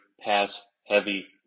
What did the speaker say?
pass-heavy